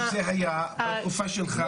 תיקון 55 זה היה בתקופה שלך.